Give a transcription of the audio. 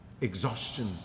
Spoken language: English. Exhaustion